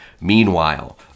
Meanwhile